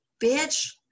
bitch